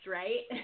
right